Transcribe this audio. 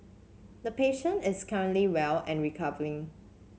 the patient is currently well and recovering